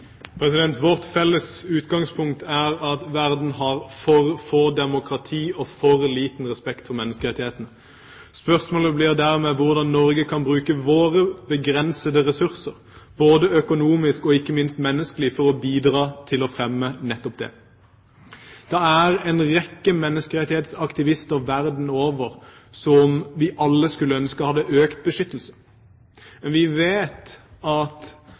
at verden har for få demokrati og for liten respekt for menneskerettighetene. Spørsmålet blir dermed hvordan Norge kan bruke sine begrensede ressurser både økonomisk og ikke minst menneskelig for å bidra til å fremme nettopp det. Det er en rekke menneskerettighetsaktivister verden over som vi alle skulle ønske hadde økt beskyttelse. Vi vet at